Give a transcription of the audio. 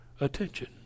attention